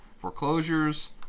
foreclosures